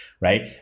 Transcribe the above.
right